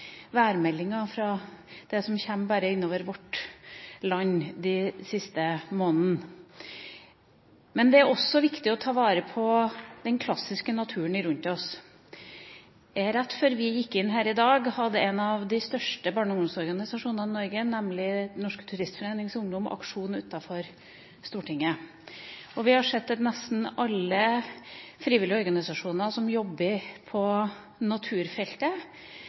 det som kommer innover vårt land i de siste månedene. Det er også viktig å ta vare på den klassiske naturen rundt oss. Rett før vi gikk inn her i dag, hadde en av de største barne- og ungdomsorganisasjonene i Norge, nemlig Den Norske Turistforenings ungdom, aksjon utenfor Stortinget. Vi har sett at nesten alle frivillige organisasjoner som jobber på naturfeltet,